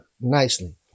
nicely